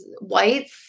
whites